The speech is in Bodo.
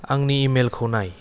आंनि इमेलखौ नाय